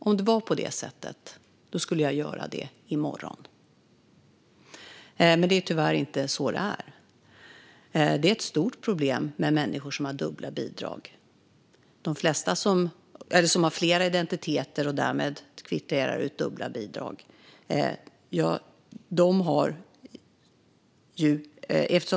Om det var på det sättet skulle jag göra det i morgon, men tyvärr är det inte så det är. Det är ett stort problem att det finns människor som har flera identiteter och därmed kvitterar ut dubbla bidrag.